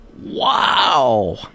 Wow